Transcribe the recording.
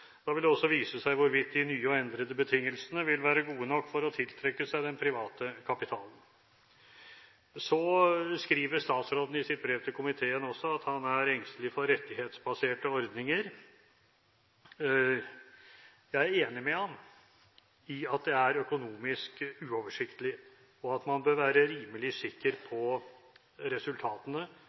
Da vil det også vise seg hvorvidt de nye og endrede betingelsene vil være gode nok for å tiltrekke seg den private kapitalen. Så skriver statsråden også i sitt brev til komiteen at han er engstelig for rettighetsbaserte ordninger. Jeg er enig med ham i at det er økonomisk uoversiktlig, og at man bør være rimelig sikker på resultatene